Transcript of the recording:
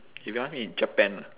if you ask me japan lah